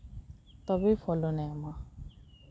ᱛᱚᱵᱮ ᱯᱷᱚᱞᱚᱱᱮ ᱮᱢᱟ